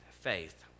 faith